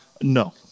no